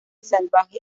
salvaje